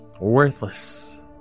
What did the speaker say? Worthless